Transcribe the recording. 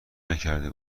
نکرده